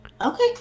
Okay